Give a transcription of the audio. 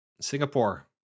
singapore